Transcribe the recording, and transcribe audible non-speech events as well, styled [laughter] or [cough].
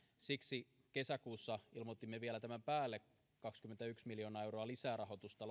siksi kesäkuussa lontoon perhesuunnittelukonferenssissa ilmoitimme vielä tämän päälle kaksikymmentäyksi miljoonaa euroa lisää rahoitusta [unintelligible]